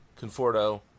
Conforto